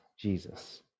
Jesus